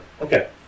Okay